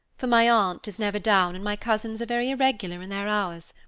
for my aunt is never down and my cousins are very irregular in their hours.